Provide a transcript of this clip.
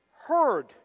heard